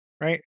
right